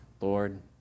Lord